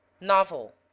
novel